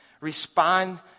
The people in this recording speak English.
respond